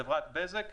חברת בזק,